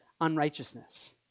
unrighteousness